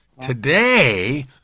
Today